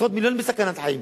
עשרות מיליונים בסכנת חיים,